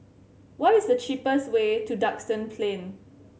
what is the cheapest way to Duxton Plain